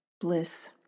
bliss